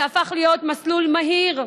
זה הפך להיות מסלול מהיר.